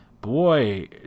boy